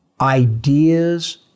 ideas